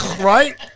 right